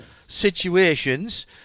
situations